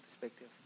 perspective